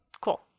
Cool